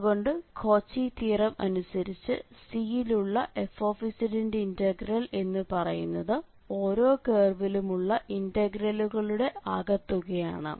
അതുകൊണ്ട് Cauchy theorem അനുസരിച്ച് C യിലുള്ളf ന്റെ ഇന്റഗ്രൽ എന്ന് പറയുന്നത് ഓരോ കേർവിലുമുള്ള ഇന്റഗ്രലുകളുടെ ആകെത്തുകയാണ്